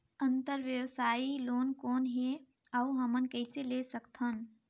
अंतरव्यवसायी लोन कौन हे? अउ हमन कइसे ले सकथन?